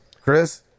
Chris